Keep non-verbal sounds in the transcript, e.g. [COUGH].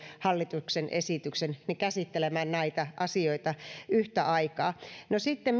hallituksen esityksen hoitotakuusta käsittelemään näitä asioita yhtä aikaa sitten [UNINTELLIGIBLE]